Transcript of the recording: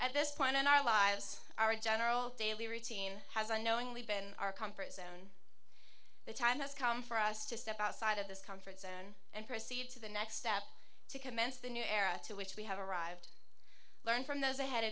at this point in our lives our general daily routine has unknowingly been our comfort zone the time has come for us to step outside of this comfort zone and proceed to the next step to commence the new era to which we have arrived learn from those ahead